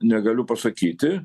negaliu pasakyti